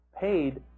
paid